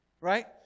right